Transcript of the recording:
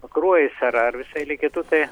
pakruojis ar ar visa eilė kitų kai